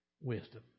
wisdom